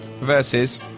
versus